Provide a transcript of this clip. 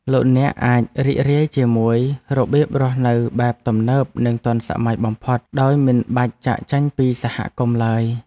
លោកអ្នកអាចរីករាយជាមួយរបៀបរស់នៅបែបទំនើបនិងទាន់សម័យបំផុតដោយមិនបាច់ចាកចេញពីសហគមន៍ឡើយ។